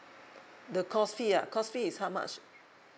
the course fee ya course fee is how much